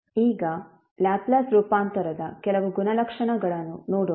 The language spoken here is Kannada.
ಈಗ ಲ್ಯಾಪ್ಲೇಸ್ ರೂಪಾಂತರದ ಕೆಲವು ಗುಣಲಕ್ಷಣಗಳನ್ನು ನೋಡೋಣ